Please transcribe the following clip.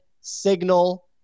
Signal